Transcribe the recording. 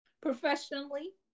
professionally